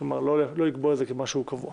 כלומר, לא לקבוע את זה כמשהו קבוע.